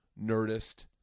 Nerdist